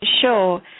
sure